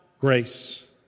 grace